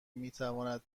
میتواند